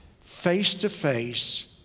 face-to-face